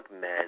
men